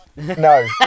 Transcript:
No